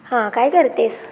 हां काय करते आहेस